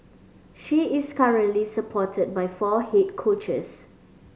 she is currently supported by four head coaches